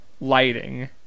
lighting